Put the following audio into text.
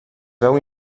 veu